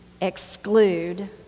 exclude